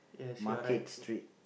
market street